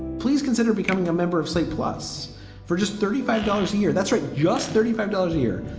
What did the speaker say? please consider becoming a member of slate plus for just thirty five dollars a year. that's right. just thirty five dollars a year.